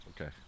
Okay